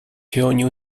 reuniu